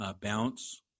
Bounce